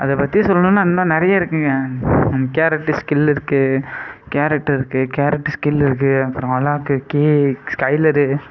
அதை பற்றி சொல்லணும்னா இன்னும் நிறையா இருக்குங்க கேரட்டு ஸ்கில் இருக்கு கேரட் இருக்கு கேரட்டு ஸ்கில் இருக்கு அப்பறம் அழாக்கு கே ஸ்கைலரு